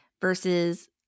versus